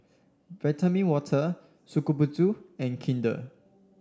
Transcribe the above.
Vitamin Water Shokubutsu and Kinder